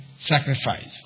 sacrifice